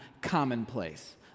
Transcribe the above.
commonplace